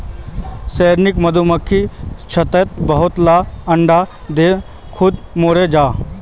श्रमिक मधुमक्खी छत्तात बहुत ला अंडा दें खुद मोरे जहा